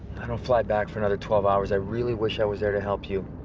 i don't fly back for another twelve hours. i really wish i was there to help you.